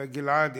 כן, כן.